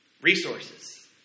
Resources